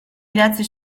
idatzi